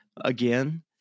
again